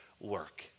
work